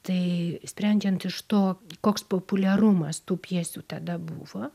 tai sprendžiant iš to koks populiarumas tų pjesių tada buvo